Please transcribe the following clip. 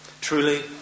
Truly